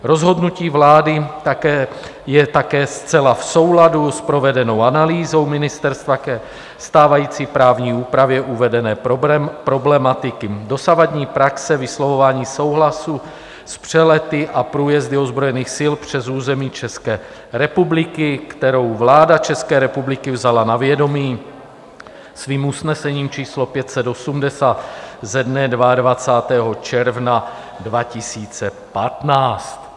Rozhodnutí vlády je také zcela v souladu s provedenou analýzou ministerstva ke stávající právní úpravě uvedené problematiky dosavadní praxe vyslovování souhlasu s přelety a průjezdy ozbrojených sil přes území České republiky, kterou vláda České republiky vzala na vědomí svým usnesením číslo 580 ze dne 22. června 2015.